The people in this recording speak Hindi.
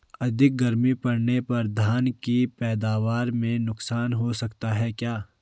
अधिक गर्मी पड़ने पर धान की पैदावार में नुकसान हो सकता है क्या?